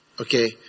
okay